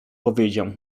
powiedział